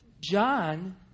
John